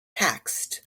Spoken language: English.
text